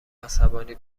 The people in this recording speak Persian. عصبانی